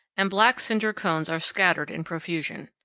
and black cinder cones are scattered in profusion.